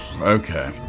Okay